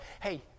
Hey